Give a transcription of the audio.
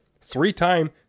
Three-time